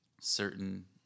certain